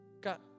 got